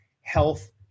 health